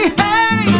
hey